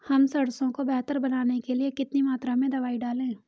हम सरसों को बेहतर बनाने के लिए कितनी मात्रा में दवाई डालें?